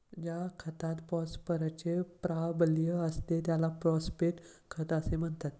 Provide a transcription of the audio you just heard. ज्या खतात फॉस्फरसचे प्राबल्य असते त्याला फॉस्फेट खत असे म्हणतात